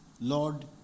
Lord